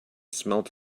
smelt